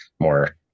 more